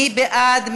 מי בעד?